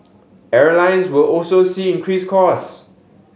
airlines will also see increased cost